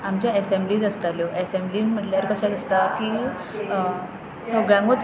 आमचे एसॅम्लीज आसताल्यो एसॅम्ली म्हटल्यार कशें आसता की सगळ्यांगूच